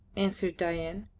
answered dain.